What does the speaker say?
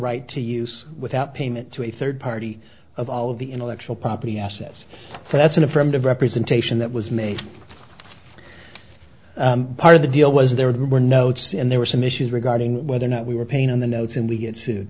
right to use without payment to a third party of all of the intellectual property assets that's an affirmative representation that was made part of the deal was there were notes and there were some issues regarding whether or not we were paying on the notes and we get su